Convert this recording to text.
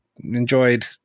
enjoyed